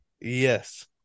Yes